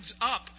up